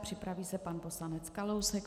Připraví se pan poslanec Kalousek.